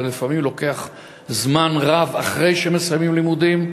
ולפעמים זה מסיימים אותה זמן רב אחרי שהם מסיימים את הלימודים.